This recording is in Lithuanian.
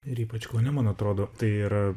ir ypač kaune man atrodo tai yra